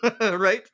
right